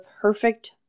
perfect